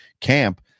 camp